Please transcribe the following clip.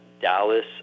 Dallas